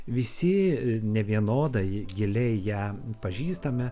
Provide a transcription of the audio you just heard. visi nevienodai giliai ją pažįstame